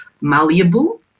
malleable